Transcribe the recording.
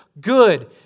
Good